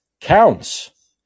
counts